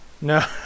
No